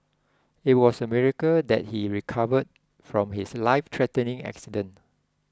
it was a miracle that he recovered from his life threatening accident